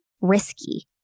risky